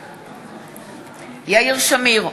בעד יאיר שמיר,